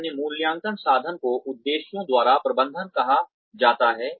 एक अन्य मूल्यांकन साधन को उद्देश्यों द्वारा प्रबंधन कहा जाता है